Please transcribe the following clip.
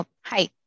Hi